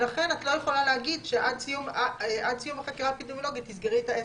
ולכן את לא יכולה להגיד שעד סיום החקירה האפידמיולוגית תסגרי את העסק.